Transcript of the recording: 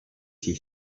she